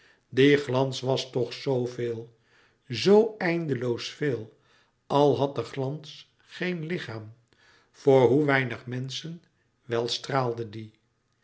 glans was toch zooveel zoo eindeloos veel al had de glans geen lichaam voor hoe weinig menschen wel straalde die